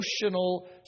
emotional